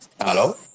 Hello